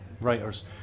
writers